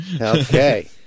Okay